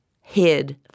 hid